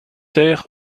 ter